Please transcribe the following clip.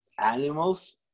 animals